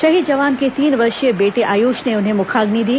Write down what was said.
शहीद जवान के तीन वर्षीय बेटे आयुष ने उन्हें मुखाग्नि दी